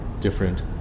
different